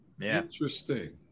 Interesting